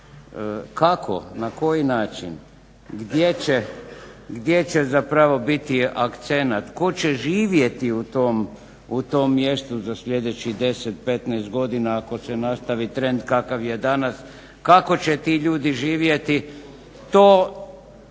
Kako, na koji način, gdje će zapravo biti akcenat, tko će živjeti u tom mjestu za sljedećih 10, 15 godina ako se nastavi trend kakav je danas, kako će ti ljudi živjeti? Toga